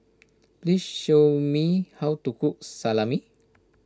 please show me how to cook Salami